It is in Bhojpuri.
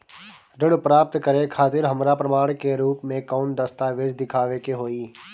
ऋण प्राप्त करे खातिर हमरा प्रमाण के रूप में कौन दस्तावेज़ दिखावे के होई?